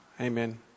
Amen